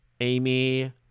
Amy